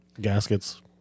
Gaskets